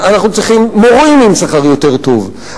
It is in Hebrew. אנחנו צריכים מורים עם שכר יותר טוב,